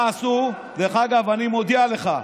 דרך אגב, אני מודיע לך: